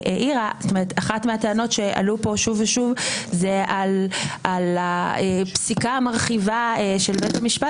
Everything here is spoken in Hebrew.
אחת מהטענות שעלו כאן שוב ושוב היא על הפסיקה המרחיבה של בית המשפט